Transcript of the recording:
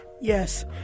Yes